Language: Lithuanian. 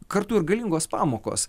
kartu ir galingos pamokos